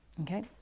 Okay